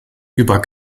über